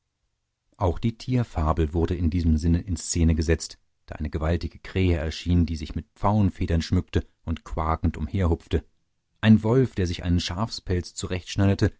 auch die tierfabel wurde in diesem sinne in szene gesetzt da eine gewaltige krähe erschien die sich mit pfauenfedern schmückte und quakend umherhupfte ein wolf der sich einen schafspelz zurechtschneiderte